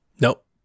Nope